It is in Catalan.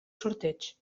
sorteig